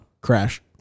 Crash